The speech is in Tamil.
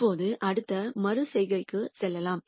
இப்போது அடுத்த மறு செய்கைக்கு செல்லலாம்